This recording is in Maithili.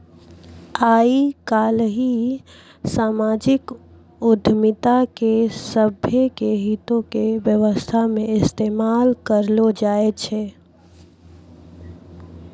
आइ काल्हि समाजिक उद्यमिता के सभ्भे के हितो के व्यवस्था मे इस्तेमाल करलो जाय छै